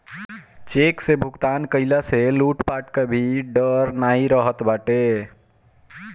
check से भुगतान कईला से लूटपाट कअ भी डर नाइ रहत बाटे